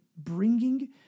Bringing